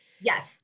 Yes